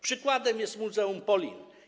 Przykładem jest muzeum Polin.